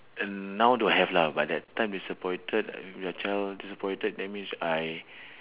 uh now don't have lah but that time disappointed your child disappointed that means I